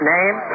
Name